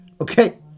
Okay